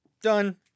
Done